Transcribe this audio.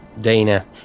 Dana